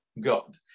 God